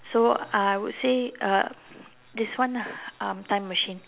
so I would say uh this one ah um time machine